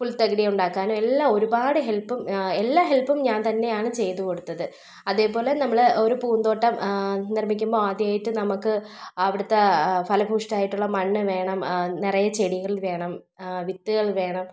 പുൽത്തകിടി ഉണ്ടാക്കാനും എല്ലാം ഒരുപാട് ഹെല്പും എല്ലാ ഹെല്പും ഞാൻ തന്നെയാണ് ചെയ്ത് കൊടുത്തത് അതേപോലെ നമ്മൾ ഒരു പൂന്തോട്ടം നിർമ്മിക്കുമ്പോൾ ആദ്യമായിട്ട് നമുക്ക് അവിടുത്തെ ഫലഭൂയിഷ്ഠമായിട്ടുള്ള മണ്ണ് വേണം നിറയെ ചെടികൾ വേണം വിത്തുകൾ വേണം